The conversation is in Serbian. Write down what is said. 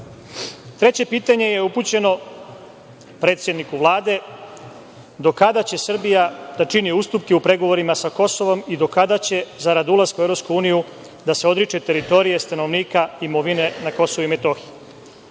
ime. Treće pitanje je upućeno predsedniku Vlade, do kada će Srbija da čini ustupke u pregovorima sa Kosovom i do kada će za rad ulaska u EU da se odriče teritorije stanovnika, imovine na Kosovu i Metohijij?